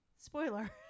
spoiler